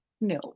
no